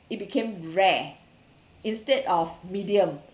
it became rare instead of medium